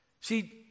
see